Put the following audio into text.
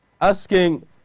asking